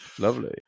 lovely